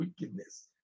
wickedness